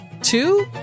Two